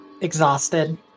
exhausted